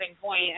point